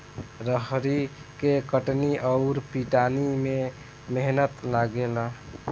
रहरी के कटनी अउर पिटानी में मेहनत लागेला